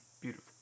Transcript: beautiful